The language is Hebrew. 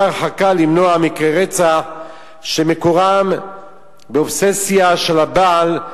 ההרחקה למנוע מקרי רצח שמקורם באובססיה של הבעל,